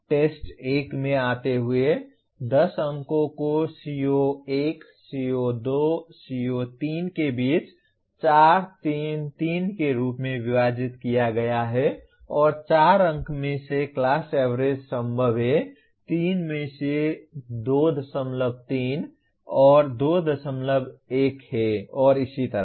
test 1 में आते हुए 10 अंक को CO1 CO2 CO3 के बीच 4 3 3 के रूप में विभाजित किया गया है और 4 अंक में से क्लास एवरेज संभव है 3 में से 23 और 21 हैं और इसी तरह